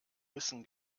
müssen